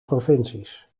provincies